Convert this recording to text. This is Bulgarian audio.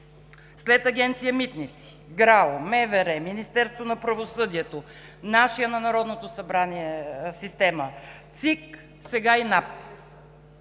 След Агенция „Митници“, ГРАО, МВР, Министерството на правосъдието, нашата, на Народното събрание система, ЦИК, сега и НАП.